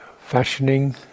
fashioning